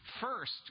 First